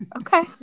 Okay